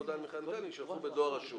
הודעה על מכירת מיטלטלין יישלחו בדואר רשום.